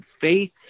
faith